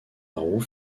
roux